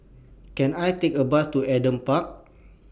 Can I Take A Bus to Adam Park